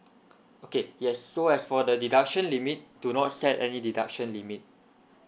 okay yes so as for the deduction limit do not set any deduction limit